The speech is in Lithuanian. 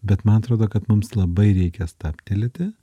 bet man atrodo kad mums labai reikia stabtelėti